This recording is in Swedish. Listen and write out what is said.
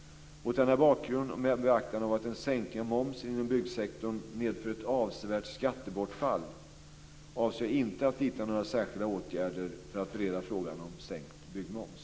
Mot denna bakgrund och med beaktande av att en sänkning av momsen inom byggsektorn medför ett avsevärt skattebortfall avser jag inte att vidta några särskilda åtgärder för att bereda frågan om sänkt byggmoms.